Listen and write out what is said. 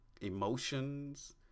emotions